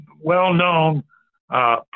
well-known